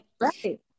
right